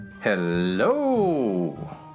Hello